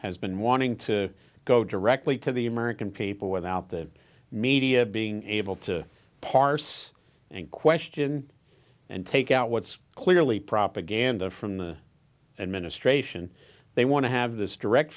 has been wanting to go directly to the american people without the media being able to parse and question and take out what's clearly propaganda from the administration they want to have this direct